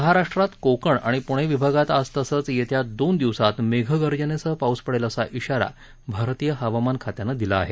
महाराष्ट्रात कोकण आणि पुणे विभागात आज तसंच येत्या दोन दिवसात मेघगर्जनेसह पाऊस पडेल असा इशारा भारतीय हवामान खात्यानं दिला आहे